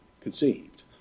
conceived